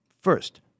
first